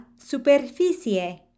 superficie